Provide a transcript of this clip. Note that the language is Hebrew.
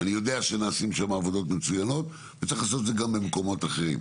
אני יודע שנעשות שם עבודות מצוינות וצריך לעשות את זה גם במקומות אחרים.